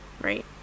right